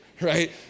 right